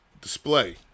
display